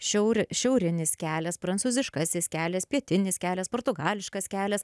šiauri šiaurinis kelias prancūziškasis kelias pietinis kelias portugališkas kelias